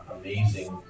amazing